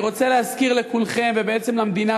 אני רוצה להזכיר לכולכם ובעצם למדינה